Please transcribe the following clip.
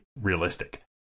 realistic